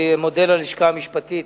אני מודה ללשכה המשפטית,